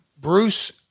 Bruce